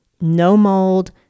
no-mold